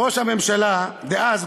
ראש הממשלה דאז,